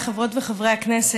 חבריי חברות וחברי הכנסת,